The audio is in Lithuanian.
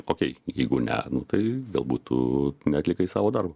okei jeigu ne nu tai galbūt tu neatlikai savo darbo